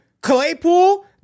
Claypool